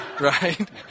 Right